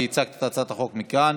כי הצגת את הצעת החוק מכאן,